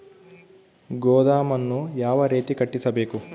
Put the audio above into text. ಗೋದಾಮನ್ನು ಯಾವ ರೇತಿ ಕಟ್ಟಿಸಬೇಕು?